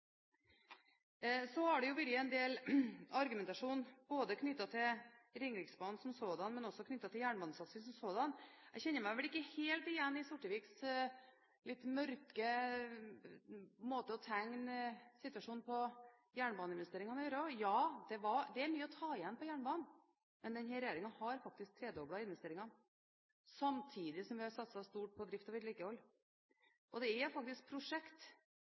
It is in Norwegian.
Så har det vært en del argumentasjon knyttet til både Ringeriksbanen som sådan og jernbanesatsing som sådan. Jeg kjenner meg vel ikke helt igjen i Sorteviks litt mørke måte å tegne situasjonen på når det gjelder jernbaneinvesteringene. Det er mye å ta igjen når det gjelder jernbanen, men denne regjeringen har faktisk tredoblet investeringene, samtidig som vi har satset stort på drift og vedlikehold. Det er prosjekter for 20 mrd. kr som nå er satt i gang rundt Oslo-området. Og det er